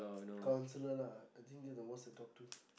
counsellor lah I think that's the most to talk to